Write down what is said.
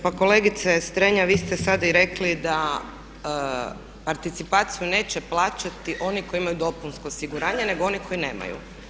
Pa kolegice Strenja vi ste sada i rekli da participaciju neće plaćati oni koji imaju dopunsko osiguranje, nego oni koji nemaju.